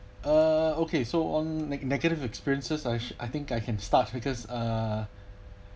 uh okay so on neg~ negative experiences I've I think I can start because uh